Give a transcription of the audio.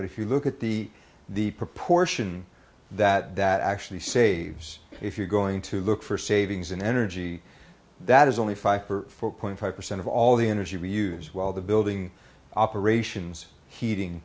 but if you look at the the proportion that that actually saves if you're going to look for savings in energy that is only five for point five percent of all the energy we use while the building operations heating